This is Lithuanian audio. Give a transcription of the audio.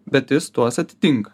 bet jis tuos atitinka